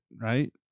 right